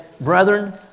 Brethren